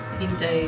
Indeed